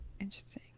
interesting